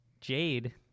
jade